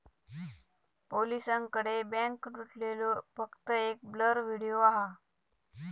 पोलिसांकडे बॅन्क लुटलेलो फक्त एक ब्लर व्हिडिओ हा